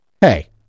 Hey